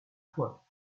point